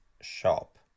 shop